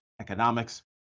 economics